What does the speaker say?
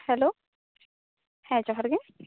hello ᱦᱮᱸ ᱡᱚᱦᱟᱨ ᱜᱮ